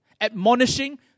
Admonishing